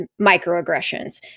microaggressions